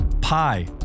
pi